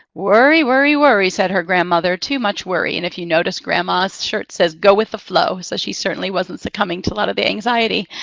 worry, worry, worry, said her grandmother. too much worry. and if you notice, grandma's shirt says, go with the flow. so she certainly wasn't succumbing to a lot of the anxiety.